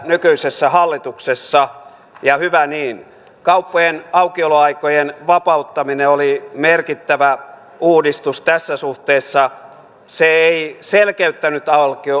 nykyisessä hallituksessa ja hyvä niin kauppojen aukioloaikojen vapauttaminen oli merkittävä uudistus tässä suhteessa se ei selkeyttänyt